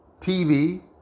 TV